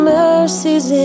mercies